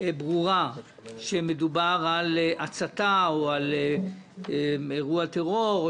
ברורה שמדובר בהצתה או אירוע טרור,